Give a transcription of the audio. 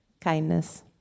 Kindness